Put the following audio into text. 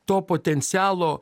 to potencialo